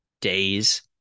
days